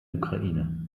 ukraine